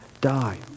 die